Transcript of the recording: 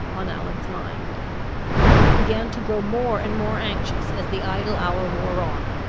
on allan's mind he began to grow more and more anxious as the idle hour wore on,